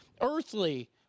earthly